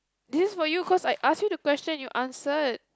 this is for you cause I asked you the question you answered